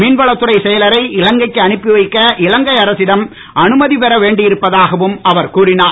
மீன்வளத்துறைச் செயலரை இலங்கைக்கு அனுப்பி வைக்க இலங்கை அரசிடம் அனுமதி பெற வேண்டி இருப்பதாகவும் அவர் கூறினார்